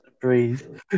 breathe